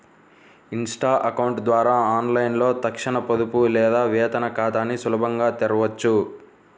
Insta account ద్వారా ఆన్లైన్లో తక్షణ పొదుపు లేదా వేతన ఖాతాని సులభంగా తెరవొచ్చు